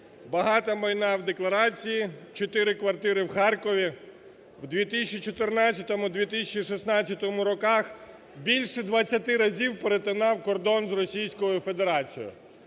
Багато майна в декларації, чотири квартири в Харкові. В 2014-2016 роках більше 20 разів перетинав кордон з Російською Федерацією.